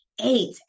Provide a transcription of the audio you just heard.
eight